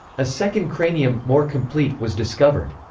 a second cranium, more complete, was discovered.